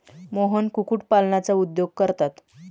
मोहन कुक्कुटपालनाचा उद्योग करतात